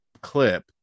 clip